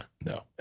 no